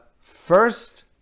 first